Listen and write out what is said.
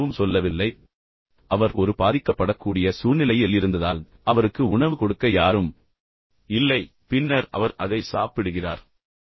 தந்தை எதுவும் சொல்லவில்லை எனவே அவர் ஒரு பாதிக்கப்படக்கூடிய சூழ்நிலையில் இருந்ததால் அவருக்கு உணவு கொடுக்க யாரும் இல்லை பின்னர் அவர் அதை சாப்பிடுகிறார்